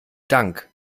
dank